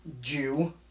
Jew